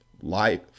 life